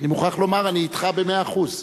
אני מוכרח לומר, אני אתך במאה אחוז.